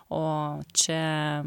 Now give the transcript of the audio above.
o čia